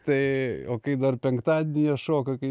tai o kai dar penktadienį jie šoka kai